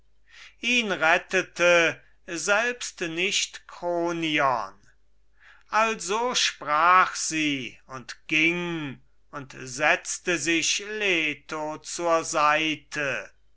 ihn rettete selbst nicht kronion also sprach sie und ging und setzte sich leto zur seite